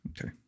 Okay